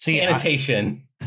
annotation